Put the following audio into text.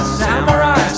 samurai